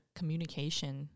communication